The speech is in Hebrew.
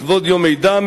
לכבוד יום אידם,